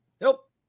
nope